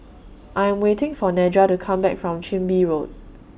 I Am waiting For Nedra to Come Back from Chin Bee Road